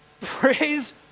Praise